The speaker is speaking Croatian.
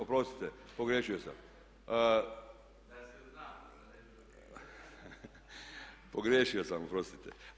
Oprostite, pogriješio sam. … [[Upadica se ne razumije.]] Pogriješio sam, oprostite.